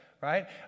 right